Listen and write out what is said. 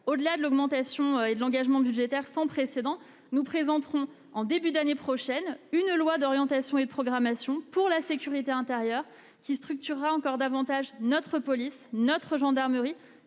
Au-delà de cet engagement budgétaire sans précédent, nous présenterons en début d'année prochaine un projet de loi d'orientation et de programmation pour la sécurité intérieure, texte qui structurera encore davantage notre police, notre gendarmerie